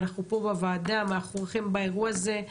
אנחנו פה בוועדה מאחוריכם באירוע הזה.